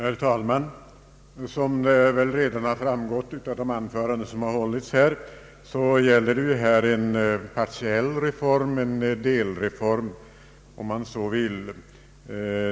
Herr talman! Som väl redan framgått av de anföranden som hållits gäller det nu en partiell reform, en delreform om man så vill.